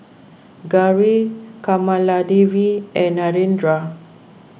Gauri Kamaladevi and Narendra